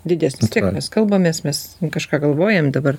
didesnis nes kalbamės mes kažką galvojam dabar